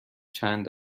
چند